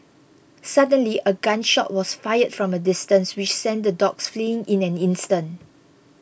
suddenly a gun shot was fired from a distance which sent the dogs fleeing in an instant